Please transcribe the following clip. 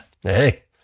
Hey